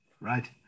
Right